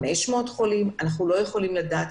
500 חולים אנחנו לא יכולים לדעת.